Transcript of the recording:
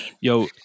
Yo